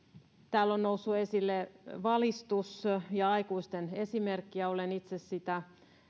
täällä on noussut esille valistus ja aikuisten esimerkki ja olen itse